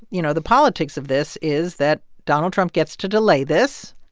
you know, the politics of this is that donald trump gets to delay this,